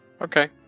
Okay